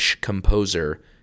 composer